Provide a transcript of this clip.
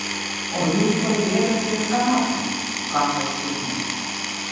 o jūs tuoj bėgate ir darote ką tas šiknius